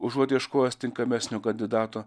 užuot ieškojęs tinkamesnio kandidato